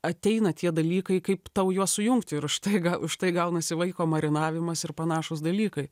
ateina tie dalykai kaip tau juos sujungti ir už tai gal už tai gaunasi vaiko marinavimas ir panašūs dalykai